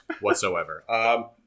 whatsoever